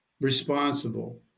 responsible